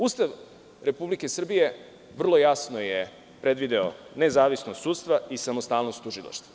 Ustav Republike Srbije vrlo jasno je predvideo nezavisnost sudstva i samostalnost tužilaštva.